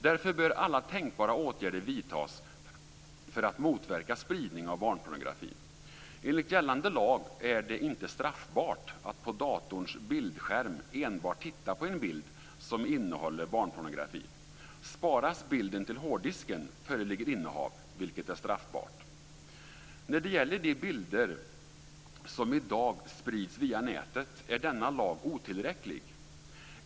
Därför bör alla tänkbara åtgärder vidtas för att motverka spridning av barnpornografi. Enligt gällande lag är det inte straffbart att på datorns bildskärm enbart titta på en bild som innehåller barnpornografi. Sparas bilden till hårddisken föreligger innehav, vilket är straffbart. När det gäller de bilder som i dag sprids via nätet är denna lag otillräcklig.